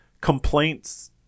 complaints